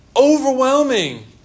overwhelming